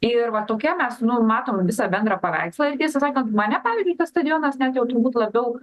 ir va tokia mes nu matom visą bendrą paveikslą tiesą sakant mane pavyzdžiui tas stadionas net jau turbūt labiau